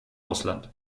russland